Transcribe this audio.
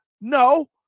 No